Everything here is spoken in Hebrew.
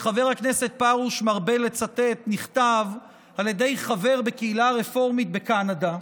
שחבר הכנסת פרוש מרבה לצטט נכתב על ידי חבר בקהילה הרפורמית בקנדה,